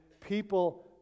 people